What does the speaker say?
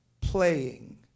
playing